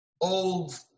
old